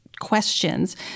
questions